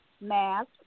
Mask